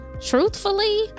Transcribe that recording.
Truthfully